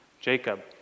Jacob